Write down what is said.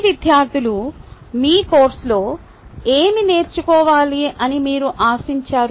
మీ విద్యార్థులు మీ కోర్సులో ఏమి నేర్చుకోవాలని మీరు ఆశించారు